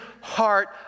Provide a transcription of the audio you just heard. heart